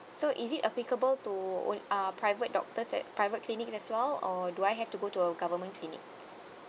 so is it applicable to onl~ uh private doctors at private clinic as well or do I have to go to a government clinic